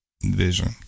vision